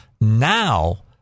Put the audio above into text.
now